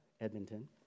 Edmonton